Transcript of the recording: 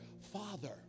Father